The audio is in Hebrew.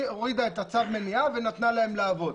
הורידה את צו המניעה ונתנה להם לעבוד.